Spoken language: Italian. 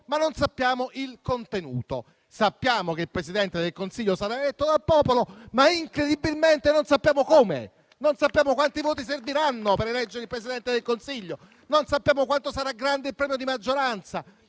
ma non il contenuto: sappiamo che il Presidente del Consiglio sarà eletto dal popolo, ma incredibilmente non sappiamo come: non sappiamo quanti voti serviranno per eleggere il Presidente del Consiglio, non sappiamo quanto sarà grande il premio di maggioranza,